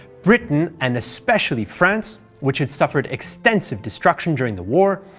britain and especially france, which had suffered extensive destruction during the war,